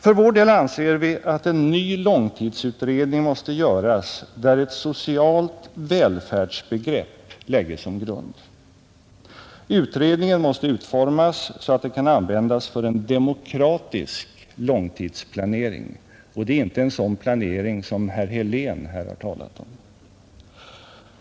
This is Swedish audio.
För vår del anser vi att en ny långtidsutredning måste göras där ett socialt välfärdsbegrepp läggs som grund. Utredningen måste utformas så, att den kan användas för en ekonomisk långtidsplanering — och det är inte en sådan planering som herr Helén här talat om.